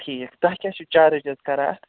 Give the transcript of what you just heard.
ٹھیٖک تۄہہِ کیٛاہ چھُو چارٕج حظ کَران اَتھ